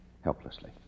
helplessly